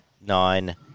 nine